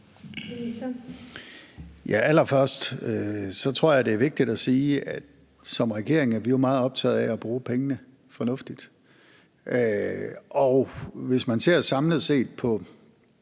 Allerførst tror jeg det er vigtigt at sige, at vi som regering er meget optaget af at bruge pengene fornuftigt, og hvis man ser samlet set på